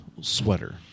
sweater